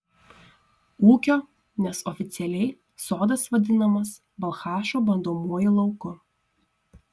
ūkio nes oficialiai sodas vadinamas balchašo bandomuoju lauku